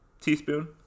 teaspoon